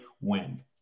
win